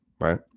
right